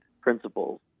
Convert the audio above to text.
principles